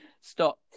Stop